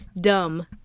dumb